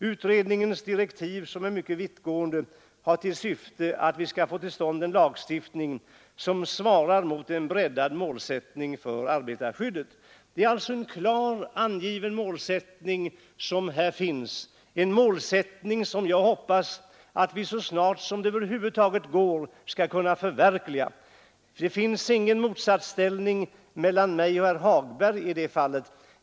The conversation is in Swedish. Utredningens direktiv, som är mycket vittgående, har till syfte att vi skall få till stånd en lagstiftning som svarar mot en breddad målsättning för arbetarskyddet.” Det finns alltså en klart angiven målsättning, som jag hoppas att vi så snart som det över huvud taget är möjligt skall kunna fullfölja. Det finns ingen motsatsställning mellan mig och herr Hagberg i detta fall.